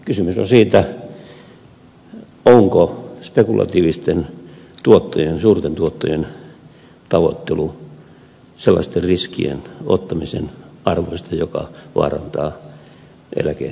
kysymys on siitä onko spekulatiivisten tuottojen suurten tuottojen tavoittelu sellaisten riskien ottamisen arvoista joka vaarantaa eläkejärjestelmän